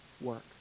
work